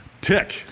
tick